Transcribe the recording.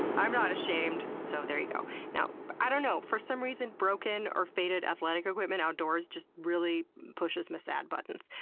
i'm not ashamed! so, there you go. i don't know, for some reason broken or faded athletic equipment outdoors just really pushes my sad buttons.